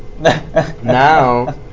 Now